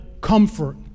comfort